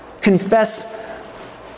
Confess